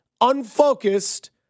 unfocused